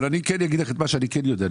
אבל כן אגיד לך את מה שאני כן יודע.